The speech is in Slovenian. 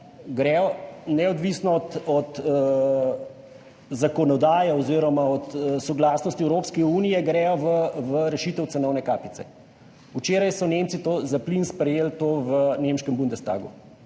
grejo neodvisno od zakonodaje oziroma od soglasnosti Evropske unije v rešitev cenovne kapice. Včeraj so Nemci to sprejeli za plin v nemškem Bundestagu,